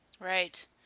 Right